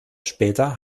später